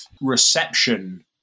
reception